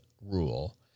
rule